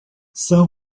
san